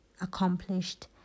accomplished